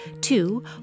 Two